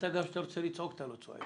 אתה גם כשאתה רוצה לצעוק אתה לא צועק.